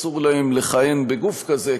אסור לכהן בגוף כזה,